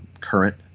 current